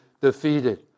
defeated